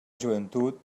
joventut